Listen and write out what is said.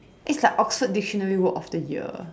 it's like oxford dictionary word of the year